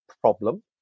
problem